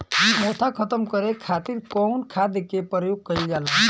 मोथा खत्म करे खातीर कउन खाद के प्रयोग कइल जाला?